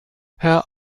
herr